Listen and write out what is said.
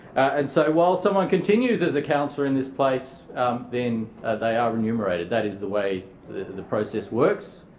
and so while someone continues as a councillor in this place then they are remunerated, that is the way the process works.